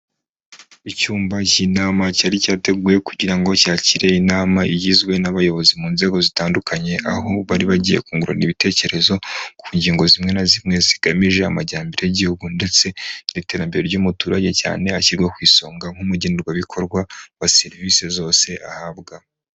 Icyumba cy'inama cyari cyateguwe kugira ngo cyakire inama igizwe n'abayobozi mu nzego zitandukanye, aho bari bagiye kungurana ibitekerezo ku ngingo zimwe na zimwe zigamije amajyambere y'igihugu ndetse n'iterambere ry'umuturage cyane ashyirwe ku isonga nk'umugenerwabikorwa wa serivisi zose ahabwa.